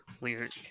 Weird